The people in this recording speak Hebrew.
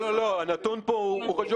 הנתון הזה חשוב.